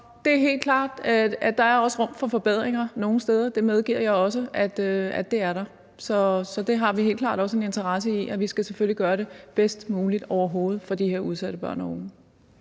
her sociale sager – at der er rum for forbedringer nogle steder; det er helt klart. Det medgiver jeg også at der er. Så vi har helt klart også en interesse i, at vi selvfølgelig skal gøre det bedst muligt overhovedet for de her udsatte børn